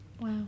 wow